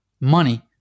money